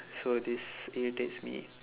so this irritates me